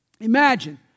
Imagine